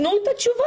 תנו את התשובה.